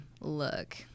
look